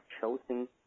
chosen